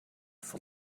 for